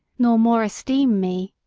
nor more esteem me.